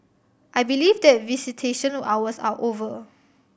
I believe that visitation hours are over